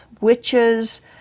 witches